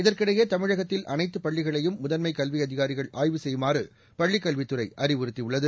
இதற்கிடையே தமிழகத்தில் அனைத்து பள்ளிகளையும் முதன்மை கல்வி அதிகாரிகள் ஆய்வு செய்யுமாறு பள்ளிக்கல்வித்துறை அறிவுறுத்தியுள்ளது